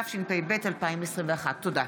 התשפ"ב 2021. תודה.